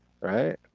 right